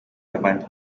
n’abandi